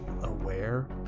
aware